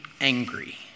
angry